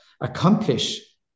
accomplish